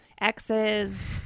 Exes